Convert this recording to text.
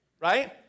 right